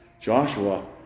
Joshua